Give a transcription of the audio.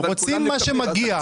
רוצים מה שמגיע.